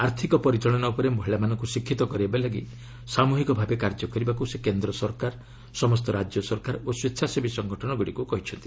ଆର୍ଥିକ ପରିଚାଳନା ଉପରେ ମହିଳାମାନଙ୍କୁ ଶିକ୍ଷିତ କରାଇବା ଲାଗି ସାମ୍ରହିକ ଭାବେ କାର୍ଯ୍ୟ କରିବାକ୍ ସେ କେନ୍ଦ୍ର ସରକାର ସମସ୍ତ ରାଜ୍ୟ ସରକାର ଓ ସ୍ୱେଚ୍ଛାସେବୀ ସଂଗଠନଗୁଡ଼ିକୁ କହିଛନ୍ତି